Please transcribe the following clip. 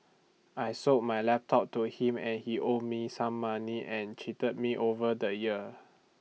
I sold my laptop to him and he owed me some money and cheated me over the year